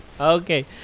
Okay